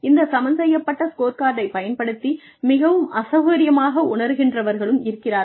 இந்த சமன்செய்யப்பட்ட ஸ்கோர் கார்டைப் பயன்படுத்தி மிகவும் அசௌகரியமாக உணர்கின்றவர்களும் இருக்கிறார்கள்